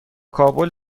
کابل